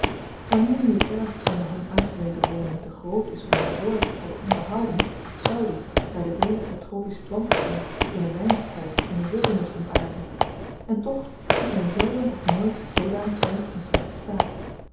wanneer nu het erf van de hem aangewezen woning te groot is om behoorlyk te worden onderhouden zou dit by den weligen tropischen plantengroei binnen weinig tyds in een wildernis ontaarden en toch ziet men zelden of nooit zoodanig erf in slechten staat